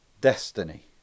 Destiny